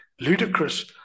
ludicrous